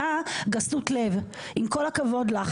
שמביעה גסות לב, עם כל הכבוד לך.